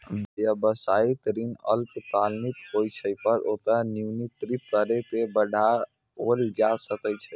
व्यावसायिक ऋण अल्पकालिक होइ छै, पर ओकरा नवीनीकृत कैर के बढ़ाओल जा सकै छै